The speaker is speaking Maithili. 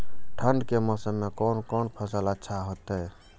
ठंड के मौसम में कोन कोन फसल अच्छा होते?